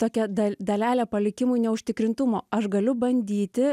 tokia dar dalelė palikimui neužtikrintumo aš galiu bandyti